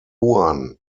juan